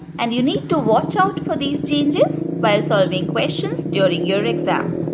and you need to watch out for these changes while solving questions during your exam.